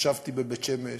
ישבתי בבית-שמש,